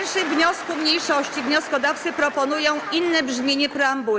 W 1. wniosku mniejszości wnioskodawcy proponują inne brzmienie preambuły.